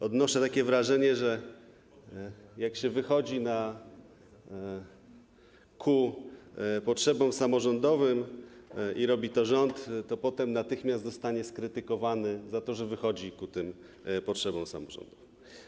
Odnoszę takie wrażenie, że gdy się wychodzi ku potrzebom samorządowym i robi to rząd, to potem natychmiast zostaje skrytykowany za to, że wychodzi ku tym potrzebom samorządowym.